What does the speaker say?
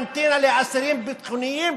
קנטינה לאסירים ביטחוניים,